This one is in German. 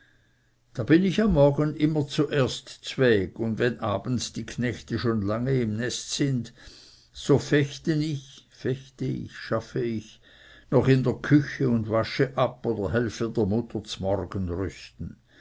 da bin ich am morgen immer zuerst zweg und wenn abends die knechte schon lange im nest sind so fichten ih noch in der küche und wasche ab oder helfe der mutter zmorgen rüsten